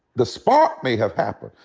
the spark may have happened.